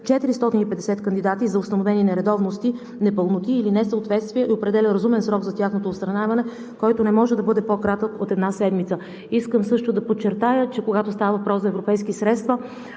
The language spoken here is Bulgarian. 450 кандидати за установени нередовности, непълноти или несъответствия, определя разумен срок за тяхното отстраняване, който не може да бъде по-кратък от една седмица. Искам също да подчертая, че когато става въпрос за европейски средства,